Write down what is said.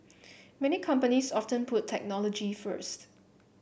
many companies often put technology first